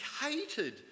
hated